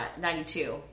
92